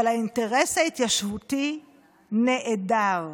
אבל האינטרס ההתיישבותי נעדר.